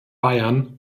bayern